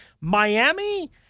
miami